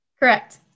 Correct